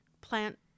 plant